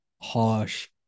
harsh